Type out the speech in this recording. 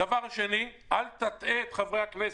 דבר שני, אל תטעה את חברי הכנסת: